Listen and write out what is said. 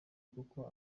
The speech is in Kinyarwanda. kuko